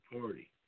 party